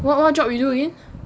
what what job you do again